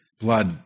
blood